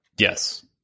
Yes